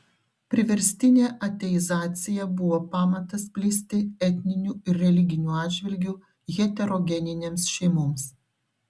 priverstinė ateizacija buvo pamatas plisti etniniu ir religiniu atžvilgiu heterogeninėms šeimoms